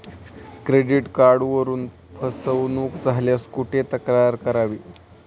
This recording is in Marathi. क्रेडिट कार्डवरून फसवणूक झाल्यास कुठे तक्रार करावी?